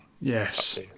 Yes